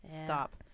stop